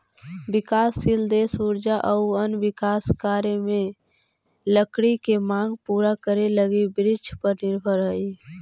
विकासशील देश ऊर्जा आउ अन्य विकास कार्य में लकड़ी के माँग पूरा करे लगी वृक्षपर निर्भर हइ